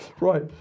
right